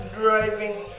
driving